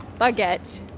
baguette